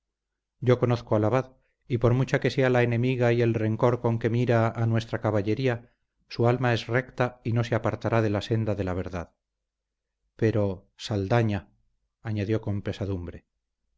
yo conozco al abad y por mucha que sea la enemiga y el rencor con que mira a nuestra caballería su alma es recta y no se apartará de la senda de la verdad pero saldaña añadió con pesadumbre